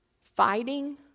fighting